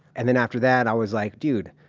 and then, after that, i was like, dude.